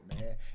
man